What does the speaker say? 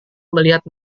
melihat